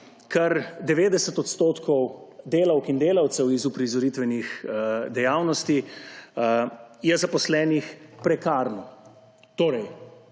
Kar 90 % delavk in delavcev iz uprizoritvenih dejavnosti je zaposlenih prekarno.